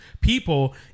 people